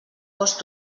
cost